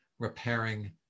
repairing